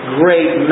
great